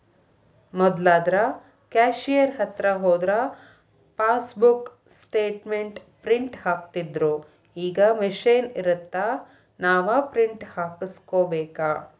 ಮೊದ್ಲಾದ್ರ cashier ಹತ್ರ ಹೋದ್ರ passbook statement print ಹಾಕ್ತಿತ್ದ್ರುಈಗ ಮಷೇನ್ ಇರತ್ತ ನಾವ ಪ್ರಿಂಟ್ ಹಾಕಸ್ಕೋಬೇಕ